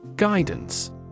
Guidance